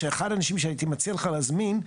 שאחד האנשים שהייתי מציע לך להזמין,